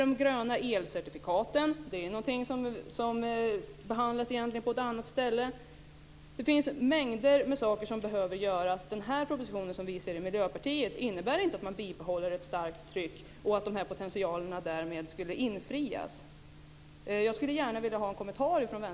De gröna elcertifikaten behandlas egentligen på ett annat ställe. Det finns en mängd saker som behöver göras. Den här propositionen innebär inte, som vi i Miljöpartiet ser det, att man bibehåller ett starkt tryck och att de här potentialerna därmed skulle infrias. Jag skulle gärna vilja ha en kommentar från